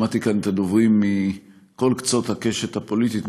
שמעתי כאן את הדוברים מכל קצות הקשת הפוליטית,